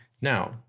Now